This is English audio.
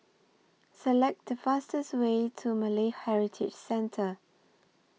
Select The fastest Way to Malay Heritage Centre